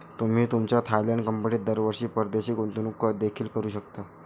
तुम्ही तुमच्या थायलंड कंपनीत दरवर्षी परदेशी गुंतवणूक देखील करू शकता